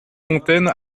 fontaine